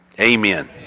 Amen